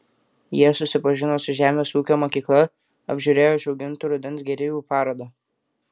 jie susipažino su žemės ūkio mokykla apžiūrėjo išaugintų rudens gėrybių parodą